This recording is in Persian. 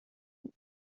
بود